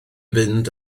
fynd